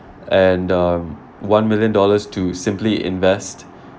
and um one million dollars to simply invest